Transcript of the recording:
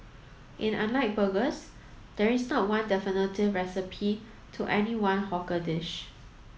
and unlike burgers there is not one definitive recipe to any one hawker dish